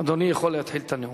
אדוני יכול להתחיל את הנאום.